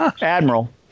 admiral